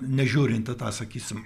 nežiūrint į tą sakysim